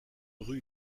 rue